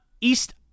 east